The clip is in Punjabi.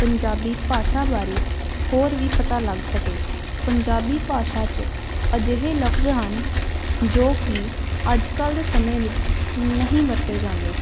ਪੰਜਾਬੀ ਭਾਸ਼ਾ ਬਾਰੇ ਹੋਰ ਵੀ ਪਤਾ ਲੱਗ ਸਕੇ ਪੰਜਾਬੀ ਭਾਸ਼ਾ 'ਚ ਅਜਿਹੇ ਲਫਜ਼ ਹਨ ਜੋ ਕਿ ਅੱਜ ਕੱਲ੍ਹ ਦੇ ਸਮੇਂ ਵਿੱਚ ਨਹੀਂ ਵਰਤੇ ਜਾਂਦੇ